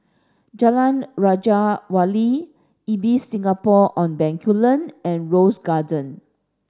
Jalan Raja Wali Ibis Singapore on Bencoolen and Rose Lane